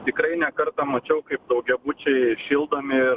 tikrai ne kartą mačiau kaip daugiabučiai šildomi ir